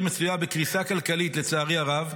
העיר מצויה בקריסה כלכלית, לצערי הרב,